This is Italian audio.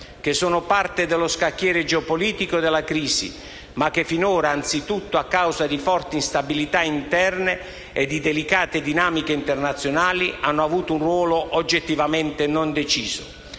che sono parte dello scacchiere geopolitico della crisi, ma che finora, anzitutto a causa di forti instabilità interne e delicate dinamiche internazionali, hanno avuto un ruolo oggettivamente non deciso.